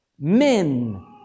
men